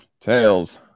Tails